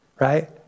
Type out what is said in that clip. right